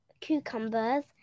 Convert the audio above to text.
cucumbers